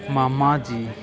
ਮਾਮਾ ਜੀ